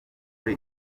kuri